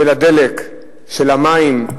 של הדלק, של המים,